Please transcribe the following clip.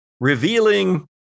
revealing